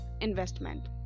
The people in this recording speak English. investment